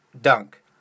dunk